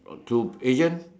got two Asian